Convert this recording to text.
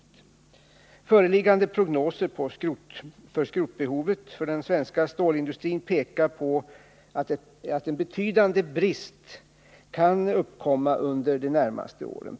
De föreliggande prognoserna när det gäller skrotbehovet för den svenska stålindustrin pekar på att det kan uppstå en betydande brist under de närmaste åren.